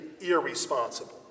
irresponsible